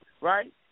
right